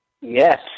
Yes